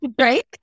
right